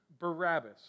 Barabbas